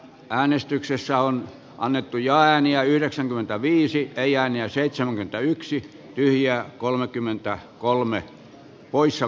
can esityksessä on annettuja ääniä yhdeksänkymmentäviisi ei ääniä seitsemänkymmentäyksi tyhjää kolmekymmentä kolme poissa